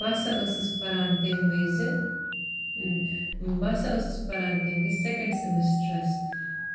بہٕ ہسا ٲسٕس پَران تَمہِ وِزِۍ بہٕ ہسا ٲسٕس پَران تَمہِ وِزِۍ سیٚکنٛڈ سیٚمسٹرَس